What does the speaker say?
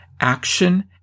action